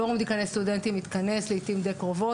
פורום דיקאני הסטודנטים מתכנס לעיתים די קרובות.